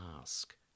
ask